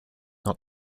not